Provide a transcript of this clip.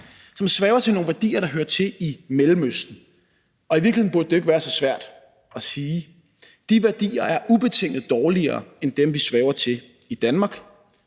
som sværger til nogle værdier, der hører til i Mellemøsten. I virkeligheden burde det ikke være så svært at sige: De værdier er ubetinget dårligere end dem, vi sværger til i Danmark,